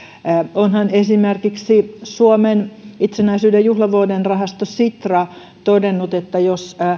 onhan esimerkiksi suomen itsenäisyyden juhlarahasto sitra todennut että jos